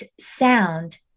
sound